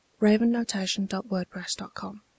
ravennotation.wordpress.com